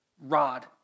rod